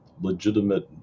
legitimate